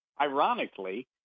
ironically